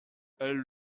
elle